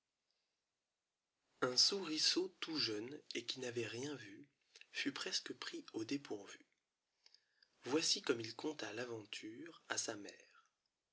un souriceau tout jeune et qui n'avait rien vu fut presque pris au dépourvu voici comme il conta l'aventure à sa mère